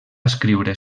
escriure